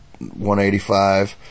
185